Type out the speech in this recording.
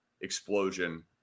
explosion